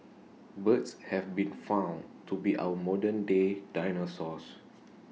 birds have been found to be our modernday dinosaurs